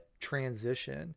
transition